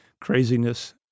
craziness